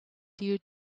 due